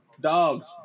dogs